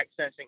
accessing